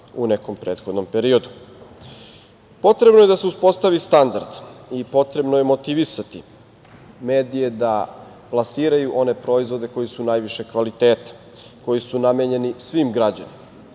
u nekom prethodnom periodu. Potrebno je da se uspostavi standard i potrebno je motivisati medije da plasiraju one proizvode koji su najvišeg kvaliteta, koji su namenjeni svim građanima,